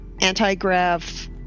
anti-grav